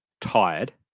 tired